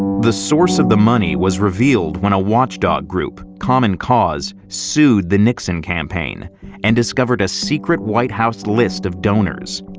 the source of the money was revealed when a watchdog group, common cause, sued the nixon campaign and discovered a secret white house list of donors.